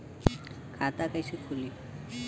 खाता कइसे खुली?